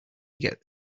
get